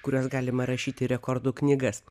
kuriuos galima rašyt į rekordų knygas